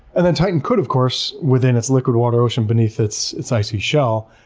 and then titan could of course, within its liquid water ocean beneath its its icy shell,